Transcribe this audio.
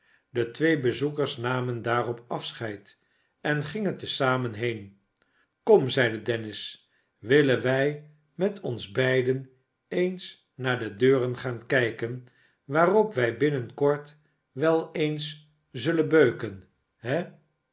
de twee bezoekers namen daarop afscheid en gingen te zamen heen kom zeide dennis willen wij met ons beiden eens naar de deuren gaan kijken waarop wij binnen kort wel eens zullen beuv ken he